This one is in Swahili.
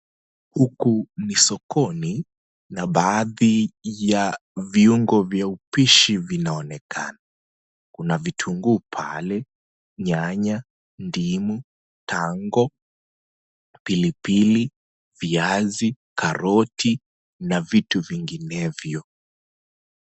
Huku ni sokoni na baadhi ya viungo vya upishi vinaonekana. Kuna vitunguu pale, nyanya, ndimu, tango, pilipili, viazi, karoti na vitu vinginevyo.